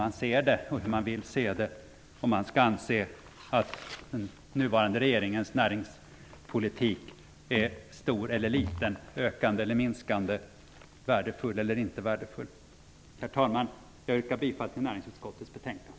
Jag tror att det beror på hur man vill se det om man anser att den nuvarande regeringens näringspolitik är stor eller liten, ökande eller minskande, värdefull eller inte värdefull. Herr talman! Jag yrkar bifall till näringsutskottets betänkande.